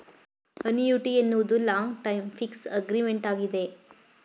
annuity ಎನ್ನುವುದು long time fix agreement ಆಗಿದೆ